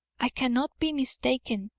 i cannot be mistaken.